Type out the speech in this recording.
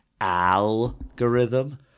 algorithm